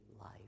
life